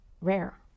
rare